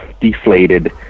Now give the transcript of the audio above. deflated